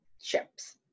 chips